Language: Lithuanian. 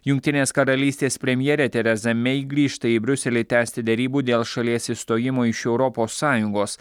jungtinės karalystės premjerė tereza mei grįžta į briuselį tęsti derybų dėl šalies išstojimo iš europos sąjungos